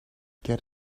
get